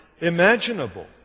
imaginable